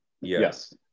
yes